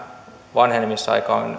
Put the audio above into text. vanhenemisaika on